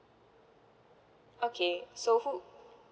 okay so who